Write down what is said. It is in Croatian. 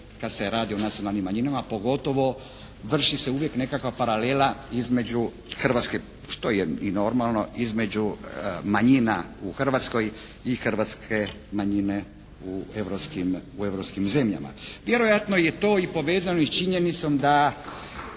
kad se radi o nacionalnim manjinama a pogotovo vrši se uvijek nekakva paralela između Hrvatske što je i normalno, između manjina u Hrvatskoj i hrvatske manjine u europskim zemljama. Vjerojatno je to povezano i sa činjenicom da